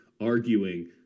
arguing